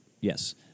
Yes